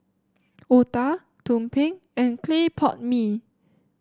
otah tumpeng and Clay Pot Mee